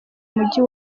mujyi